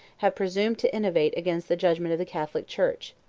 have presumed to innovate against the judgment of the catholic church.